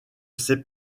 ces